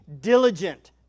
diligent